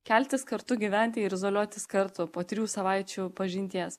keltis kartu gyventi ir izoliuotis kartu po trijų savaičių pažinties